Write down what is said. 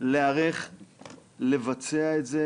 להיערך לבצע את זה.